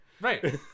Right